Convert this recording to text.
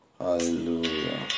Hallelujah